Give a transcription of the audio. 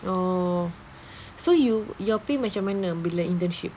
oh so you your pay macam mana bila internship